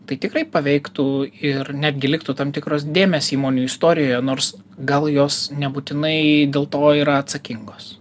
tai tikrai paveiktų ir netgi liktų tam tikros dėmės įmonių istorijoje nors gal jos nebūtinai dėl to yra atsakingos